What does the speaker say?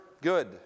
good